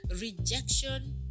Rejection